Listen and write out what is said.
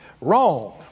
Wrong